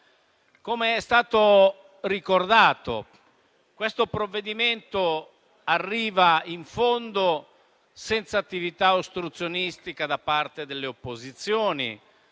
Come è stato ricordato, questo provvedimento arriva in fondo senza attività ostruzionistica da parte delle opposizioni,